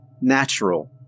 natural